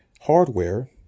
hardware